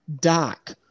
Doc